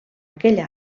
aquell